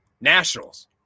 nationals